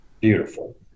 beautiful